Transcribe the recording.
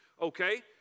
Okay